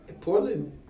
Portland –